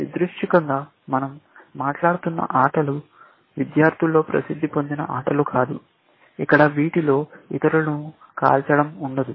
యాదృచ్ఛికంగా మన০ మాట్లాడుతున్న ఆటలు విద్యార్థులలో ప్రసిద్ధి పొందిన ఆటలు కాదు ఇక్కడ వీటిలో ఇతరులను కాల్చడం ఉండదు